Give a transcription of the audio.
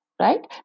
right